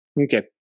Okay